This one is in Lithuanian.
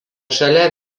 šalia